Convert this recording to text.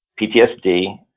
PTSD